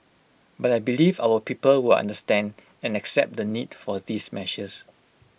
but I believe our people will understand and accept the need for these measures